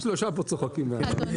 רק שלושה פה צוחקים מהעניין הזה.